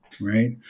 right